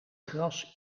gras